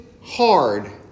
hard